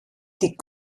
die